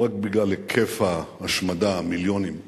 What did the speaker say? לא רק בגלל היקף ההשמדה, המיליונים,